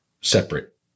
separate